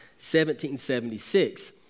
1776